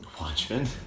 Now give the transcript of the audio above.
Watchmen